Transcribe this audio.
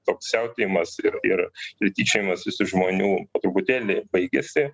toks siautėjimas ir ir ir tyčiojimasis iš žmonių truputėlį baigėsi